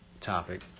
topic